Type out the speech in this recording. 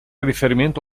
riferimento